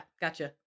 Gotcha